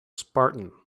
spartan